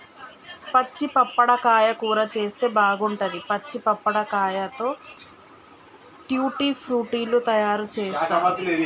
పచ్చి పప్పడకాయ కూర చేస్తే బాగుంటది, పచ్చి పప్పడకాయతో ట్యూటీ ఫ్రూటీ లు తయారు చేస్తారు